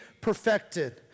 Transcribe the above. perfected